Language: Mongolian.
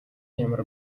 ямар